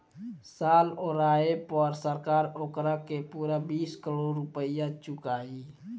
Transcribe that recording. साल ओराये पर सरकार ओकारा के पूरा बीस करोड़ रुपइया चुकाई